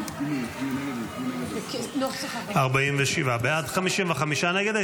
נתקבלה 47 בעד, 55 נגד.